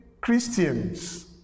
Christians